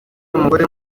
umugore